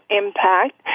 impact